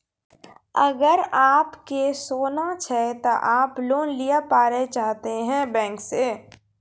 अगर आप के सोना छै ते आप लोन लिए पारे चाहते हैं बैंक से?